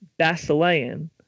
Basilean